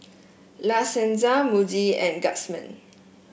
La Senza Muji and Guardsman